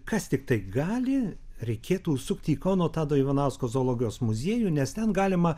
kas tiktai gali reikėtų užsukti į kauno tado ivanausko zoologijos muziejų nes ten galima